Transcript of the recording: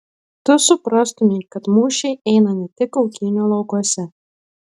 tu suprastumei kad mūšiai eina ne tik kautynių laukuose